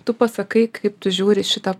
tu pasakai kaip tu žiūri į šitą